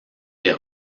des